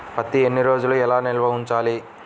పత్తి ఎన్ని రోజులు ఎలా నిల్వ ఉంచాలి?